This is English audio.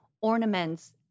ornaments